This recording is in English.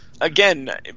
Again